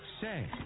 Say